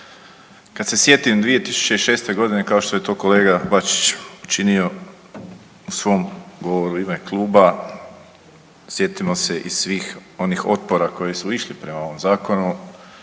kad se sjetim 2006.g. kao što je to kolega Bačić učinio u svom govoru u ime kluba sjetimo se i svih onih otpora koji su išli prema ovom zakonu